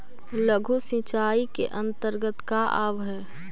लघु सिंचाई के अंतर्गत का आव हइ?